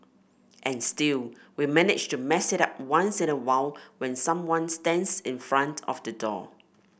and still we manage to mess it up once in a while when someone stands in front of the door